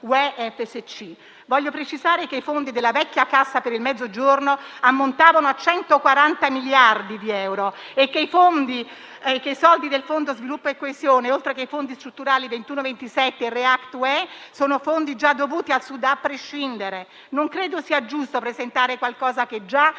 Voglio precisare che i fondi della vecchia Cassa per il Mezzogiorno ammontavano a 140 miliardi di euro e che i soldi del Fondo per lo sviluppo e la coesione, oltre che i Fondi strutturali 2021-2027 e React-EU sono già dovuti al Sud, a prescindere. Non credo sia giusto presentare qualcosa che già è tuo